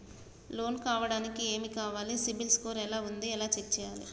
Loan కావడానికి ఏమి కావాలి సిబిల్ స్కోర్ ఎలా ఉంది ఎలా చెక్ చేయాలి?